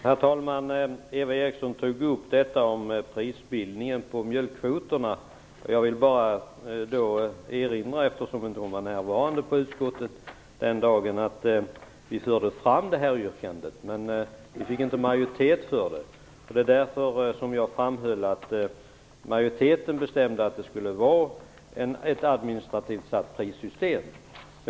Herr talman! Eva Eriksson tog upp frågan om prisbildningen på mjölkkvoterna. Eftersom hon inte var närvarande i utskottet den dagen vill jag erinra om att vi förde fram detta yrkande men att vi inte fick majoritet för det. Det var därför som jag framhöll att majoriteten bestämde att det skulle vara ett administrativt fastprissystem.